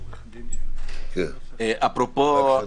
אפרופו